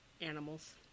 animals